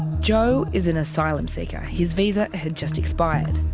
joe is an asylum seeker. his visa had just expired.